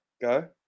Go